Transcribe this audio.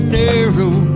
narrow